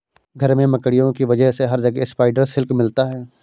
घर में मकड़ियों की वजह से हर जगह स्पाइडर सिल्क मिलता है